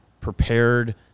prepared